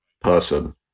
person